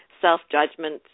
Self-Judgment